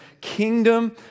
kingdom